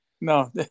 No